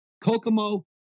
Kokomo